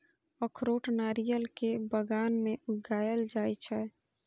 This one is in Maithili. अखरोट नारियल के बगान मे उगाएल जाइ छै